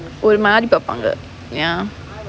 ஒரு மாரி பாப்பாங்க:oru maari paappaanga ya